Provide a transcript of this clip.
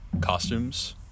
costumes